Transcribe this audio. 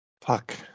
fuck